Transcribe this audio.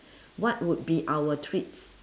what would be our treats